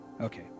Okay